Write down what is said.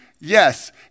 Yes